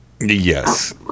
Yes